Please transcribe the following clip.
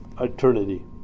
eternity